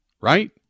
right